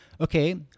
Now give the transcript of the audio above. okay